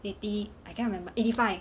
eighty I can't remember eighty five